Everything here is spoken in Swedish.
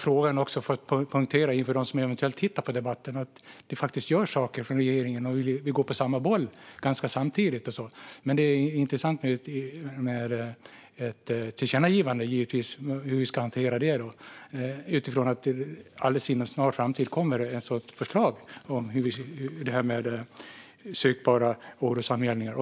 frågan också för att poängtera för dem som eventuellt tittar på debatten att det faktiskt görs saker från regeringens sida. Vi springer ganska ofta på samma boll. Men det är givetvis intressant med ett tillkännagivande, och det är en intressant fråga hur vi ska hantera det utifrån att det inom en snar framtid kommer ett förslag om sökbara orosanmälningar.